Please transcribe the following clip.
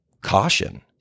caution